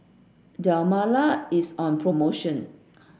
Dermale is on promotion